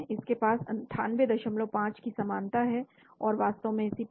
इसके पास 985 की समानता है और वास्तव में इसी प्रकार